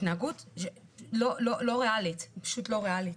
התנהגות לא ריאלית, פשוט לא ריאלית.